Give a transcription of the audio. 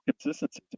consistency